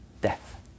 death